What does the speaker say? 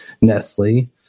Nestle